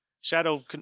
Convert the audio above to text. shadow